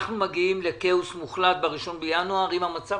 אתה אומר שאנחנו מגיעים לכאוס מוחלט ב-1 בינואר אם המצב